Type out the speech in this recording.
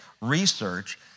research